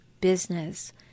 business